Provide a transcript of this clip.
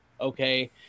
okay